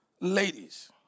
ladies